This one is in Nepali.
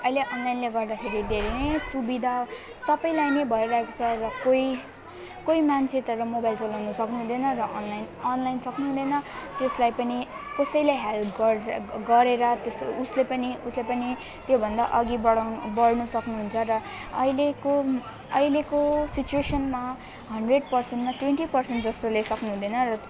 अहिले अनलाइनले गर्दाखेरि धेरै नै सुविधा सबैलाई नै भइरहेको छ र कोही कोही मान्छे तर मोबाइल चलाउन सक्नु हुँदैन र अनलाइन अनलाइन सक्नु हुँदैन त्यसलाई पनि कसैले हेल्प गर् गरेर त्यस उसले पनि उसले पनि त्योभन्दा अघि बढाउन बढ्न सक्नुहुन्छ र अहिलेको अहिलेको सिचुवेसनमा हन्ड्रेड पर्सेन्टमा ट्वेन्टी पर्सेन्ट जस्तोले सक्नु हुँदैन र